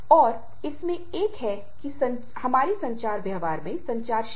और यह हमारे संसाधनों पर मांग करता है